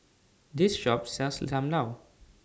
This Shop sells SAM Lau